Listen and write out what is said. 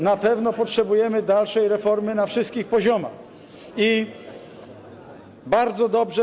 Na pewno potrzebujemy dalszej reformy na wszystkich poziomach, i bardzo dobrze.